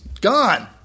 Gone